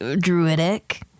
druidic